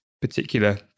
particular